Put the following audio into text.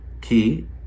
Key